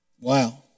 Wow